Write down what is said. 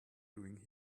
doing